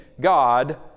God